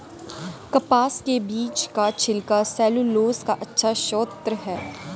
कपास के बीज का छिलका सैलूलोज का अच्छा स्रोत है